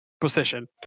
position